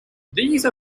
these